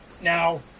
now